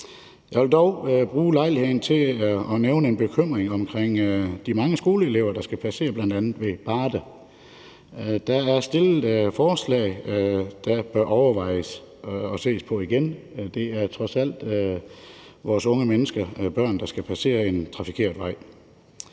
Jeg vil dog bruge lejligheden til at nævne en bekymring omkring de mange skoleelever, der skal passere, bl.a. ved Varde. Der er stillet forslag, der bør overvejes og ses på igen. Det er trods alt vores unge mennesker og børn, der skal passere en trafikeret vej.